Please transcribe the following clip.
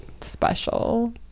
special